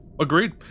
agreed